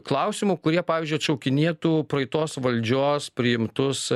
klausimų kurie pavyzdžiui atšaukinėtų praeitos valdžios priimtus